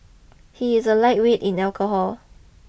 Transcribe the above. he is a lightweight in alcohol